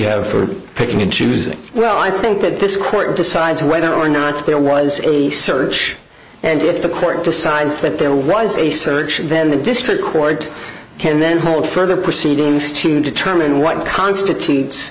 have for picking and choosing well i think that this court decides whether or not there was a search and if the court decides that there was a search then the district court can then hold further proceedings to determine what constitutes